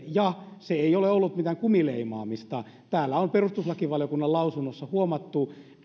ja se ei ole ollut mitään kumileimaamista täällä on perustuslakivaliokunnan lausunnossa huomattu